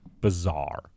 bizarre